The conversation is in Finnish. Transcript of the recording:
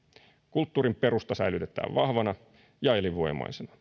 kulttuurin perusta säilytetään vahvana ja elinvoimaisena